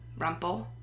Rumpel